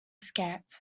scant